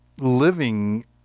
living